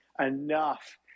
enough